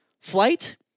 flight